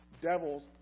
Devils